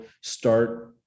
start